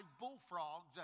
bullfrogs